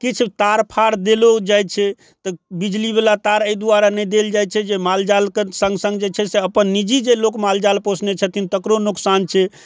किछु तार फार देलो जाइ छै तऽ बिजली बला तार एहि दुआरे नहि देल जाइ छै जे माल जालके सङ्ग सङ्ग जे छै से अपन निजी जे लोक माल जाल पोसने छथिन तकरो नोकसान छै